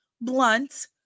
blunt